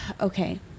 Okay